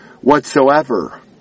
whatsoever